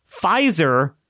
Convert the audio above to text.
Pfizer